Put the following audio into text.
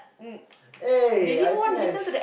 mm they didn't even wanna listen to the